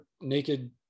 naked